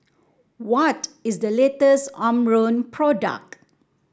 what is the latest Omron product